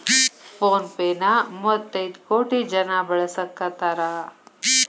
phone pay ನ ಮುವ್ವತೈದ್ ಕೋಟಿ ಜನ ಬಳಸಾಕತಾರ